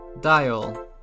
Dial